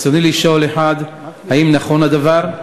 ברצוני לשאול: 1. האם נכון הדבר?